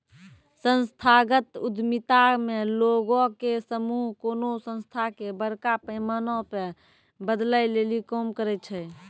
संस्थागत उद्यमिता मे लोगो के समूह कोनो संस्था के बड़का पैमाना पे बदलै लेली काम करै छै